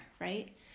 right